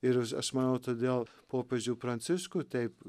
ir aš aš manau todėl popiežių pranciškų taip